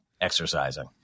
exercising